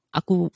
aku